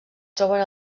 troben